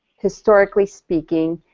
historically speaking,